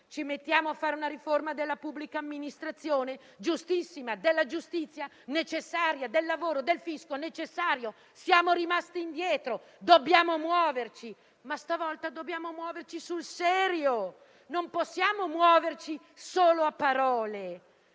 Ci mettiamo a fare una riforma della pubblica amministrazione? Giustissima. Una riforma della giustizia? Necessaria. Riforme del lavoro, del fisco? Necessarie. Siamo rimasti indietro. Dobbiamo muoverci, ma stavolta dobbiamo farlo sul serio: non possiamo muoverci solo a parole